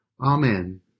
Amen